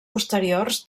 posteriors